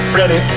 ready